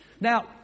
Now